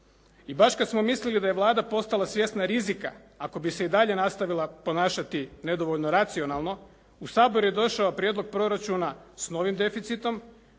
I baš kad smo mislili da je Vlada postala svjesna rizika, ako bi se i dalje nastavila ponašati nedovoljno racionalno, u Sabor je došao prijedlog proračuna s novim deficitom